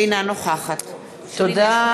אינה נוכחת תודה.